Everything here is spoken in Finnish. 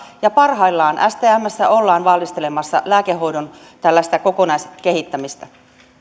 parhaillaan stmssä ollaan valmistelemassa tällaista lääkehoidon kokonaiskehittämistä